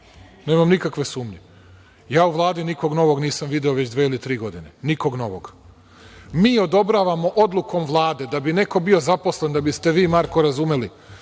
Nemam nikakve sumnje. Ja u Vladi nikoga novog nisam video već dve ili tri godine, nikog novog. Mi odobravamo odlukom Vlade, da bi neko bio zaposlen, da biste vi Marko razumeli,